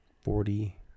Forty